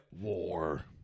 war